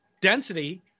density